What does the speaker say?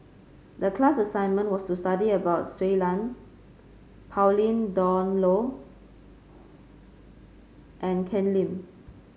the class assignment was to study about Shui Lan Pauline Dawn Loh and Ken Lim